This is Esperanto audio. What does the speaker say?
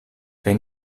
kaj